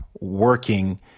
working